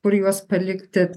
kur juos palikti